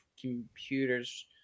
computers